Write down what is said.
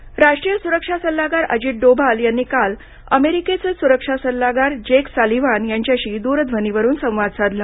डोवाल पल राष्ट्रीय सुरक्षा सल्लागार अजित डोभाल यांनी काल अमेरिकेचे सुरक्षा सल्लागार जेक सालीव्हान यांच्याशी द्रध्वनीवरून संवाद साधला